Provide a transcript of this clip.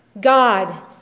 God